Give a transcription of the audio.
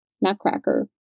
Nutcracker